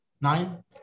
Nine